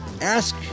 ask